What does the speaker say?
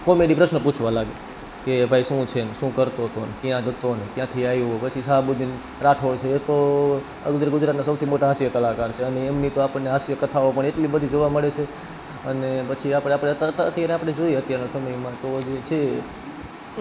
comedy પ્રશ્ન પૂછવા લાગે કે ભાઈ શું છે ને શું કરતો હતો ને ક્યાં જતો ક્યાંથી આવ્યો ને પછી શાહબુદ્દીન રાઠોડ છે એ તો ઉત્તર ગુજરાતના સૌથી મોટા હાસ્ય કલાકાર છે અને એમની તો આપણને હાસ્ય કથાઓ એટલી બધી જોવા મળે છે અને પછી અત્યારે આપણે જોઈએ તો અત્યારના સમયમાં તો છે